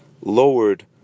lowered